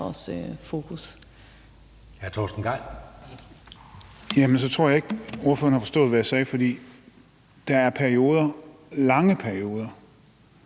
Gejl. Kl. 20:10 Torsten Gejl (ALT): Jamen så tror jeg ikke, at ordføreren har forstået, hvad jeg sagde. For der er perioder – lange perioder